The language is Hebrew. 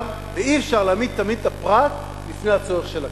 ואי-אפשר להעמיד תמיד את הפרט לפני הצורך של הכלל.